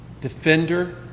defender